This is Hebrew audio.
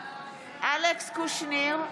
אלכס קושניר,